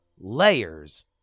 Layers